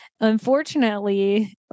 Unfortunately